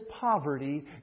poverty